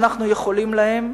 אנחנו יכולים להם,